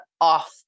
off